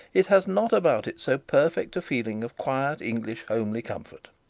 it has not about it so perfect a feeling of quiet english homely comfort.